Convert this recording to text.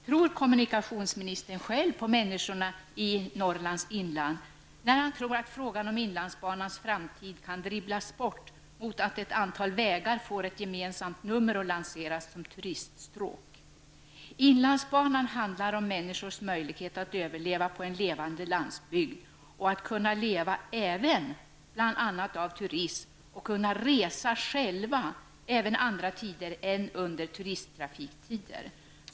Tror kommunikationsministern själv på människorna i inlandet i Norrland när han tror att frågan om inlandsbanans framtid kan dribblas bort mot att ett antal vägar får ett gemensamt nummer och lanseras som turiststråk? Inlandsbanan handlar om människors möjligheter att överleva i en levande landsbygd och att kunna leva även av turism samt att själva kunna resa också på andra tider av året än under turisttrafiktider.